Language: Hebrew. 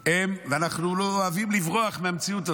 ואנחנו אוהבים לברוח מהמציאות הזאת.